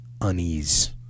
unease